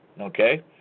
Okay